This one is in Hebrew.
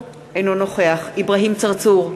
אינו נוכח אברהים צרצור,